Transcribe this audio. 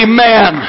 Amen